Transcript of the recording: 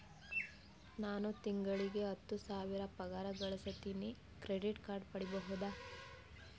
ನಾನು ತಿಂಗಳಿಗೆ ಹತ್ತು ಸಾವಿರ ಪಗಾರ ಗಳಸತಿನಿ ಕ್ರೆಡಿಟ್ ಕಾರ್ಡ್ ಪಡಿಬಹುದಾ?